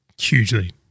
Hugely